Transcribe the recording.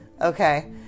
Okay